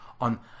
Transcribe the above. on